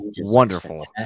Wonderful